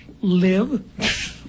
Live